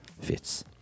fits